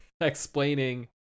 explaining